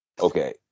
okay